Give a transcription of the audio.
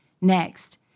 next